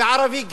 וערבי גאה.